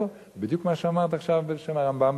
בדיוק מה שאמרת עכשיו בלשון הרמב"ם,